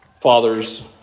fathers